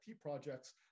projects